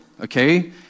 okay